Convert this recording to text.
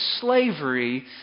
slavery